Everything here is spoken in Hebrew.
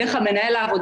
בדרך כלל זה מנהל העבודה,